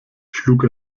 schlug